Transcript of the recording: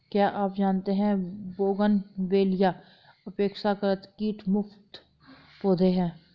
क्या आप जानते है बोगनवेलिया अपेक्षाकृत कीट मुक्त पौधे हैं?